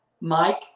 Mike